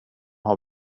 har